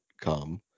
come